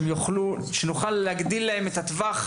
שנוכל להגדיל להם את טווח